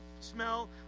smell